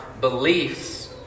beliefs